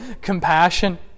compassion